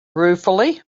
ruefully